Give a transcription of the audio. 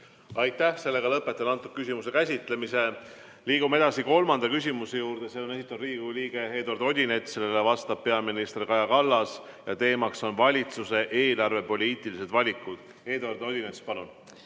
Aitäh! Lõpetan selle küsimuse käsitlemise. Liigume edasi kolmanda küsimuse juurde. Selle on esitanud Riigikogu liige Eduard Odinets ja sellele vastab peaminister Kaja Kallas. Teemaks on valitsuse eelarvepoliitilised valikud. Eduard Odinets, palun!